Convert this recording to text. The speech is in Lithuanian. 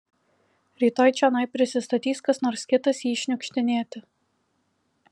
rytoj čionai prisistatys kas nors kitas jį šniukštinėti